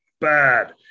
bad